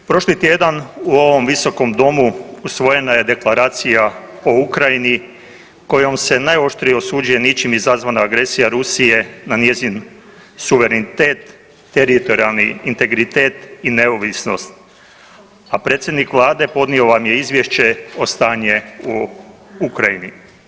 Prošli tjedan u ovom Visokom domu usvojena je Deklaracija o Ukrajini kojom se najoštrije osuđuje ničim izazvana agresija Rusije na njezin suverenitet, teritorijalni integritet i neovisnost, a predsjednik Vlade podnio vam je izvješće o stanju u Ukrajini.